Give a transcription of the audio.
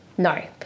No